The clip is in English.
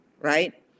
right